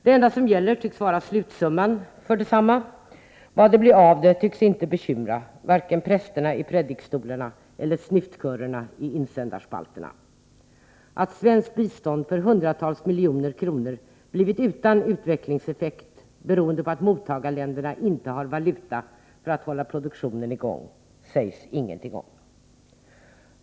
Det enda som gäller tycks vara slutsumman för detsamma. Vad det blir av det tycks inte bekymra vare sig prästerna i predikstolarna eller snyftkörerna i insändarspalterna. Att svenskt bistånd för hundratals miljoner kronor inte fått någon utvecklingseffekt, beroende på att mottagarländerna inte har valuta för att hålla produktionen i gång, sägs det ingenting om.